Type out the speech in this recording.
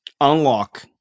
unlock